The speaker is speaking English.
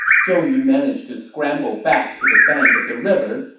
zhou yu managed to scramble back to the bank of the river,